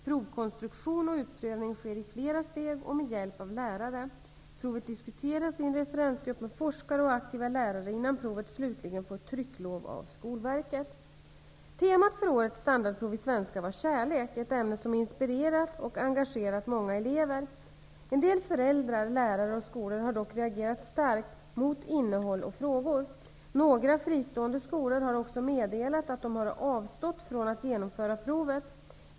Provkonstruktion och utprövning sker i flera steg och med hjälp av lärare. Provet diskuteras i en referensgrupp med forskare och aktiva lärare innan provet slutligen får trycklov av Skolverket. Temat för årets standardprov i svenska var kärlek, ett ämne som inspirerat och engagerat många elever. En del föräldrar, lärare och skolor har dock reagerat starkt mot innehåll och frågor. Några fristående skolor har också meddelat att de har avstått från att genomföra provet.